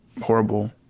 horrible